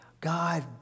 God